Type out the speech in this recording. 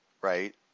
right